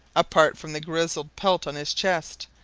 apart from the grizzled pelt on his chest,